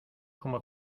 como